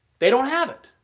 they don't have it.